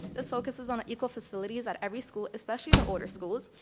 this focuses on the equal facilities at every school, especially the older schools,